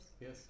Yes